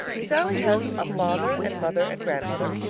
sallie has a father and mother and grandmother,